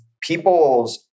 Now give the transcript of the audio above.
people's